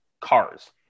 Cars